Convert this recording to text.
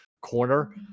corner